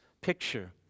picture